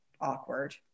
awkward